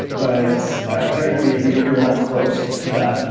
but currently we were not close to that.